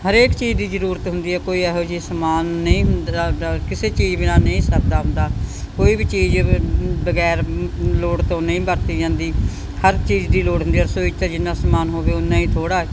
ਹਰੇਕ ਚੀਜ਼ ਦੀ ਜ਼ਰੂਰਤ ਹੁੰਦੀ ਹੈ ਕੋਈ ਇਹੋ ਜਿਹੀ ਸਮਾਨ ਨਹੀਂ ਹੁੰਦਾ ਦਾ ਕਿਸੇ ਚੀਜ਼ ਬਿਨਾ ਨਹੀਂ ਸਰਦਾ ਹੁੰਦਾ ਕੋਈ ਵੀ ਚੀਜ਼ ਬਗੈਰ ਲੋੜ ਤੋਂ ਨਹੀਂ ਵਰਤੀ ਜਾਂਦੀ ਹਰ ਚੀਜ਼ ਦੀ ਲੋੜ ਹੁੰਦੀ ਰਸੋਈ 'ਚ ਤਾਂ ਜਿੰਨਾ ਸਮਾਨ ਹੋਵੇ ਉਨਾ ਹੀ ਥੋੜ੍ਹਾ